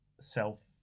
self